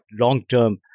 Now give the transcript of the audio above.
long-term